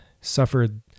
suffered